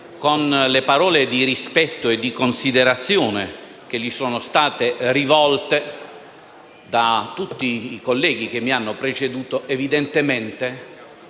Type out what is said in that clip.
con le parole di rispetto e di considerazione che gli sono state rivolte da tutti i colleghi che mi hanno preceduto, evidentemente